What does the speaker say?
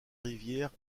rivière